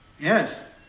Yes